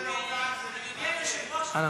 אדוני היושב-ראש,